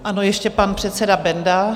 Ano, ještě pan předseda Benda.